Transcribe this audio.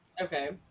Okay